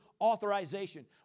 authorization